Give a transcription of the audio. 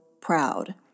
proud